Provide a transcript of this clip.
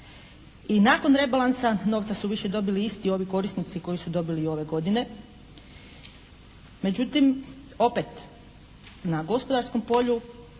I nakon rebalansa novca su više dobili isti ovi korisnici koji su dobili ove godine, međutim opet na gospodarskom polju